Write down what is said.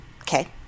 okay